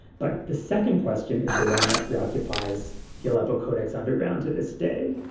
but the second question is the one that preoccupies the aleppo codex underground to this day.